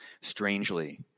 strangely